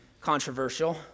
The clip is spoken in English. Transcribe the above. controversial